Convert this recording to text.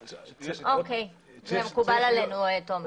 אוקיי, זה מקובל עלינו, תומר.